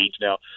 Now